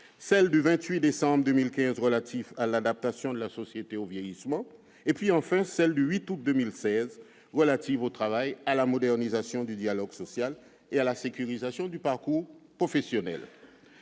loi du 28 décembre 2015 relative à l'adaptation de la société au vieillissement, enfin à la loi du 8 août 2016 relative au travail, à la modernisation du dialogue social et à la sécurisation des parcours professionnels.